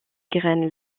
graines